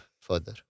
further